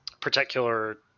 particular